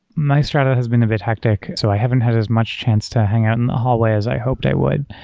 my strata has been a bit hectic. so i haven't had as much chance to hang out in the hallway as i hoped it would.